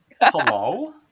Hello